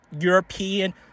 European